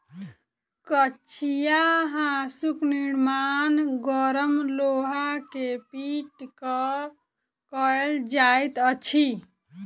कचिया हाँसूक निर्माण गरम लोहा के पीट क कयल जाइत अछि